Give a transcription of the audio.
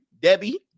Debbie